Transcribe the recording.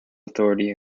authority